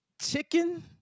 chicken